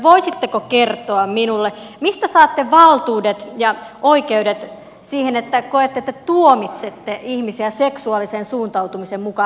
voisitteko kertoa minulle mistä saatte valtuudet ja oikeudet siihen että tuomitsette ihmisiä seksuaalisen suuntautumisen mukaan